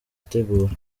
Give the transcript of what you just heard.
ategura